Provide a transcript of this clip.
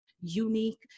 unique